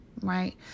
Right